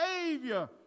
savior